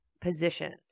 positioned